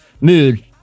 mood